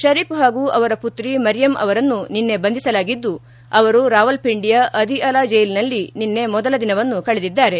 ಪರೀಫ್ ಹಾಗೂ ಅವರ ಪುತ್ರಿ ಮರಿಯಂ ಅವರನ್ನು ನಿನ್ನೆ ಬಂಧಿಸಲಾಗಿದ್ದು ಅವರು ರಾವಲ್ಪಿಂಡಿಯಾ ಅದಿ ಅಲಾ ಜೈಲಿನಲ್ಲಿ ನಿನ್ನೆ ಮೊದಲ ದಿನವನ್ನು ಕಳೆದಿದ್ದಾರೆ